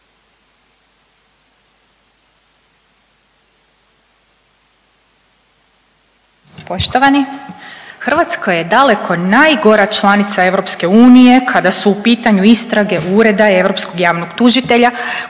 koja je daleko najgora članica EU kada su u pitanju istrage Ureda europskog